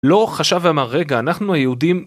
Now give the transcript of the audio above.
לא חשב ואמר רגע אנחנו היהודים